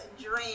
dream